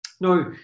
Now